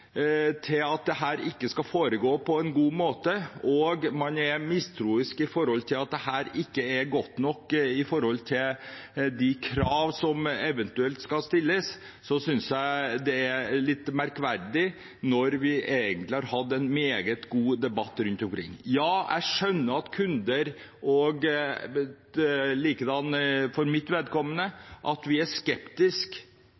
at dette ikke skal foregå på en god måte, og mistroisk til at dette ikke er godt nok opp mot de krav som eventuelt skal stilles, synes jeg er litt merkverdig, når vi egentlig har hatt en meget god debatt rundt omkring. Jeg skjønner at kunder – og likedan for mitt vedkommende – er skeptiske når det blir så hurtige skifter, og ikke minst har jo kobbernettet fungert veldig bra til mitt